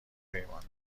نمیماند